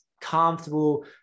Comfortable